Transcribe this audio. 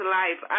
life